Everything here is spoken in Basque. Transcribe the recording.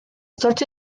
zortzi